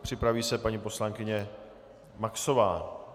Připraví se paní poslankyně Maxová.